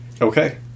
Okay